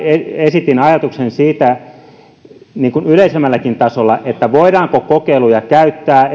esitin ajatuksen siitä yleisemmälläkin tasolla voidaanko kokeiluja käyttää